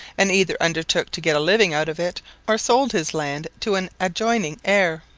and either undertook to get a living out of it or sold his land to an adjoining heir.